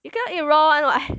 you cannot eat raw [one] what